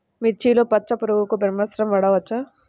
మిర్చిలో పచ్చ పురుగునకు బ్రహ్మాస్త్రం వాడవచ్చా?